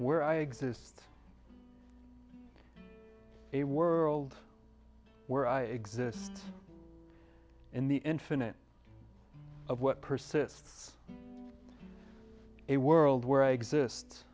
where i exist a world where i exist in the infinite of what persists a world where i exist